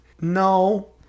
No